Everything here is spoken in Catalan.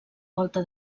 volta